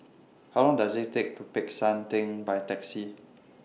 How Long Does IT Take to Peck San Theng By Taxi